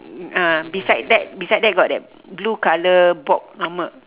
ah beside that beside that got that blue color box normal